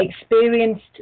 experienced